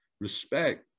respect